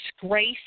disgrace